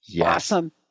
Awesome